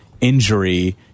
injury